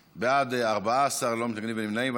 בעד, 14, אין מתנגדים ונמנעים.